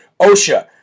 OSHA